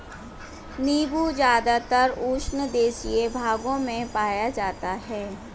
नीबू ज़्यादातर उष्णदेशीय भागों में पाया जाता है